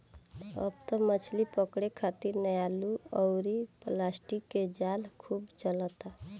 अब त मछली पकड़े खारित नायलुन अउरी प्लास्टिक के जाल खूब चलता